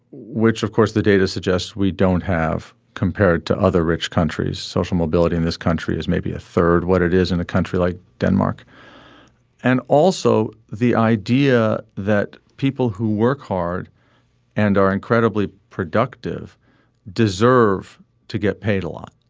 which of course the data suggests we don't have compared to other rich countries. social mobility in this country is maybe a third what it is in a country like denmark and also the idea that people who work hard and are incredibly productive deserve to get paid a lot